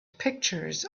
pictures